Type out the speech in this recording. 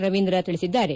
ರವೀಂದ್ರ ತಿಳಿಸಿದ್ದಾರೆ